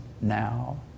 now